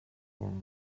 for